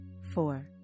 four